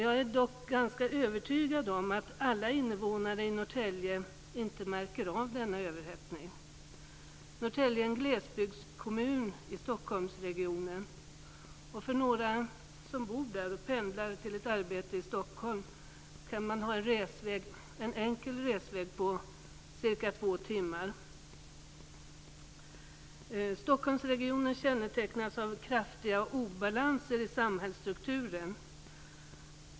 Jag är dock ganska övertygad om att alla invånare i Norrtälje inte märker av denna överhettning. Norrtälje är en glesbygdskommun i Stockholmsregionen, och några som bor där och pendlar till ett arbete i Stockholm kan ha en enkel resväg på ca två timmar. Stockholmsregionen kännetecknas av kraftiga obalanser i samhällsstrukturen.